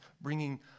bringing